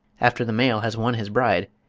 after the male has won his bride,